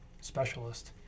specialist